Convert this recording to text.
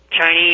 Chinese